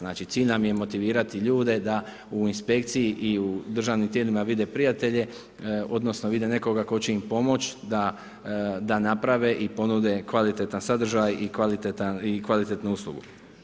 Znači, cilj nam je motivirati ljude da u inspekciji i u državnim tijelima vide prijatelje odnosno vide nekoga tko će im pomoći da naprave i ponude kvalitetan sadržaj i kvalitetnu uslugu.